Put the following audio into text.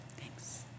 Thanks